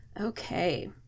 Okay